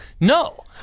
No